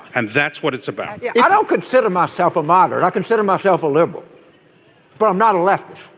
and that's what it's about yeah i don't consider myself a moderate i consider myself a liberal but i'm not a leftist